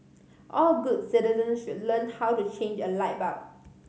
all good citizens should learn how to change a light bulb